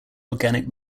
organic